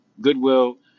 Goodwill